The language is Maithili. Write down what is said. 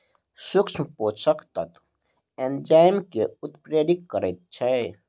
सूक्ष्म पोषक तत्व एंजाइम के उत्प्रेरित करैत छै